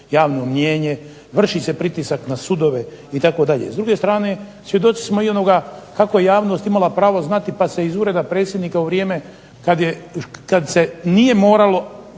javno mnijenje, vrši se pritisak na sudove itd. S druge strane, svjedoci smo i onoga kako je javnost imala pravo znati pa se iz Ureda predsjednika u vrijeme kad se nije moralo,